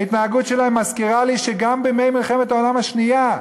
ההתנהגות שלהם מזכירה לי שגם בימי מלחמת העולם השנייה,